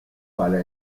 para